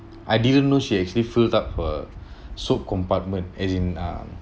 I didn't know she actually filled up for soap compartment as in um